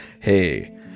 hey